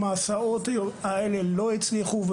המסעות האלה לא הצליחו.